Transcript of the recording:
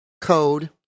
Code